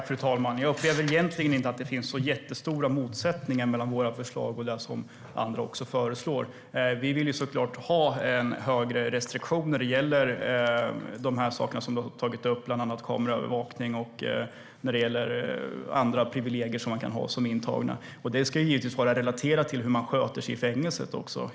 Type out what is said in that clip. Fru talman! Jag upplever egentligen inte att det skulle finnas så jättestora motsättningar mellan våra förslag och det som andra föreslår. Vi vill såklart ha strängare restriktioner när det gäller de saker som tagits upp, såsom kameraövervakning och andra privilegier man kan ha som intagen. Det ska givetvis också i större utsträckning vara relaterat till hur man sköter sig i fängelset.